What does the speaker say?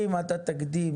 אם אתה תקדים,